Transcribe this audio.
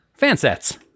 Fansets